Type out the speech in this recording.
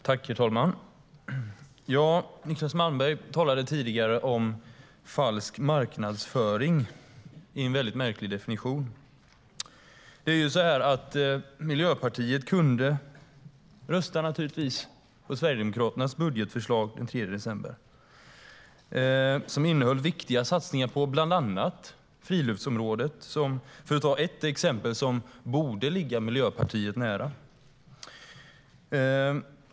Herr talman! Niclas Malmberg talade tidigare om falsk marknadsföring i en väldigt märklig definition. Miljöpartiet kunde ha röstat på Sverigedemokraternas budgetförslag den 3 december. Det innehöll viktiga satsningar på bland annat friluftsområdet, för att ta ett exempel som borde ligga Miljöpartiet nära.